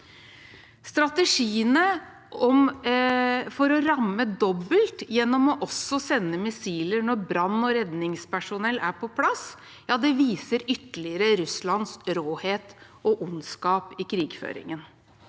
Strategiene for å ramme dobbelt gjennom å sende missiler også når brann- og redningspersonell er på plass, viser ytterligere Russlands råhet og ondskap i krigføringen.